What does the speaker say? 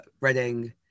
Reading